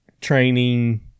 training